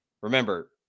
Remember